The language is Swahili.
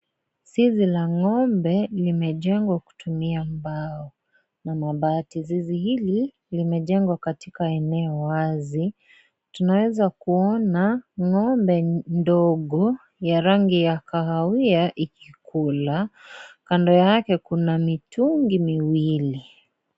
Zizi la ng'ombe limejengwa kutumia mbao na mabati. Zizi hili limejengwa katika eneo wazi. Tunaweza kuona ng'ombe ndogo ya rangi ya kahawia ikikula. Kando yake, kuna mitungi miwili.